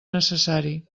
necessari